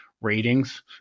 ratings